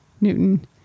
Newton